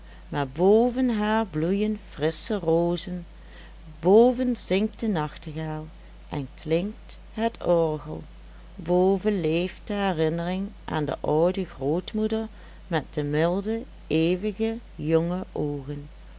maar boven haar bloeien frissche rozen boven zingt de nachtegaal en klinkt het orgel boven leeft de herinnering aan de oude grootmoeder met de milde eeuwig jonge oogen